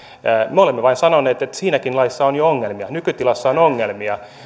me olemme vain sanoneet että siinäkin laissa on jo ongelmia nykytilassa on ongelmia